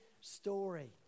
story